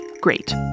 Great